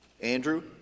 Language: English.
Andrew